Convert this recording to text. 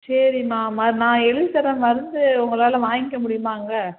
சரிம்மா ம நான் எழுதித்தர மருந்து உங்களால் வாங்கிக்க முடியுமா அங்கே